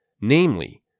Namely